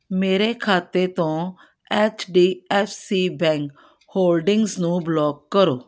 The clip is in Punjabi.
ਮੇਰੇ ਖਾਤੇ ਤੋਂ H D F C bank holdings ਨੂੰ ਬਲੌਕ ਕਰੋ